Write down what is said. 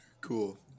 Cool